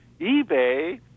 eBay